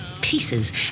pieces